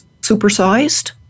supersized